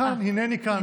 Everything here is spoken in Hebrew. כאן, הינני כאן.